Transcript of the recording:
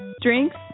Drinks